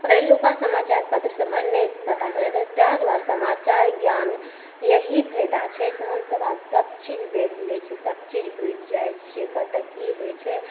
पहिलुका समाचारपत्र सबमे नहि पता चलैत रहै ताहि दुआरे समाचार ज्ञान इएह फाइदा छै से हमसब आब सब चीज देख लै छी सब चीज बुझि जाइ छिए कतऽ की होइ छै